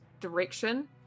direction